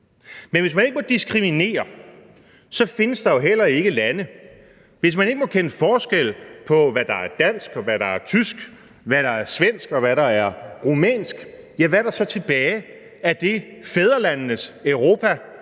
Men hvis man ikke må diskriminere, findes der jo heller ikke lande. Hvis man ikke må kende forskel på, hvad der er dansk, og hvad der er tysk, hvad der er svensk, og hvad der er rumænsk, hvad er der så tilbage af det fædrelandenes Europa,